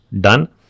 done